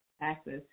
access